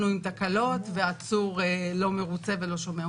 הוא עם תקלות ועצור לא מרוצה ולא שומע.